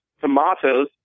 tomatoes